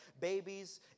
Babies